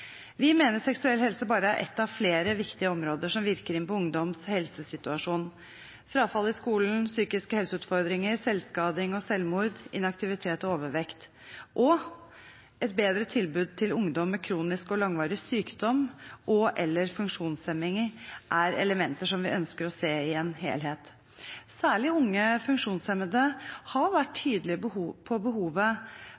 Vi mener seksuell helse bare er ett av flere viktige områder som virker inn på ungdoms helsesituasjon. Frafall i skolen, psykiske helseutfordringer, selvskading og selvmord, inaktivitet og overvekt og et bedre tilbud til ungdom med kronisk og langvarig sykdom og/eller funksjonshemminger er elementer som vi ønsker å se i en helhet. Særlig unge funksjonshemmede har vært